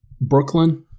Brooklyn